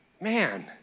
man